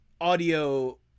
audio